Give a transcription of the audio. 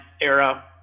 era